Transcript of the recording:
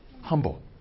humble